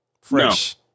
Fresh